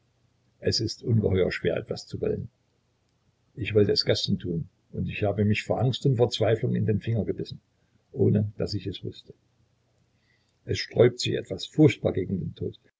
es ist ungeheuer schwer etwas zu wollen ich wollte es gestern tun und ich habe mich vor angst und verzweiflung in den finger gebissen ohne daß ich es wußte es sträubt sich etwas furchtbar gegen den tod